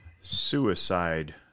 suicide